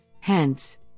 Hence